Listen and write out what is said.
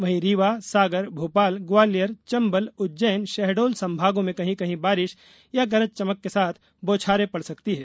वहीं रीवा सागर भोपाल ग्वालियर चंबल उज्जैन शहडोल संभागों में कहीं कहीं बारिश या गरज चमक के साथ बौछारें पड़ सकती हैं